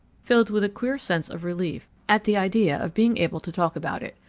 filled with a queer sense of relief at the idea of being able to talk about it.